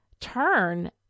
turn